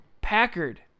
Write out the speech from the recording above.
Packard